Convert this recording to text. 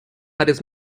áreas